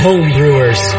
Homebrewers